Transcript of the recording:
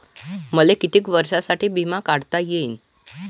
मले कितीक वर्षासाठी बिमा काढता येईन?